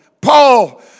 Paul